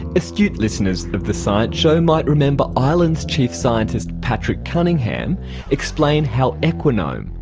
astute listeners of the science show might remember ireland's chief scientist patrick cunningham explain how equinome,